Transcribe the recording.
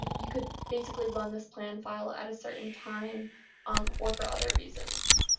you could basically run this plan file at a certain time um or for other reasons